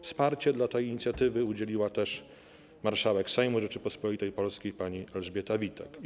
Wsparcia tej inicjatywie udzieliła też marszałek Sejmu Rzeczypospolitej Polskiej pani Elżbieta Witek.